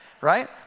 Right